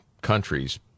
countries